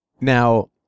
Now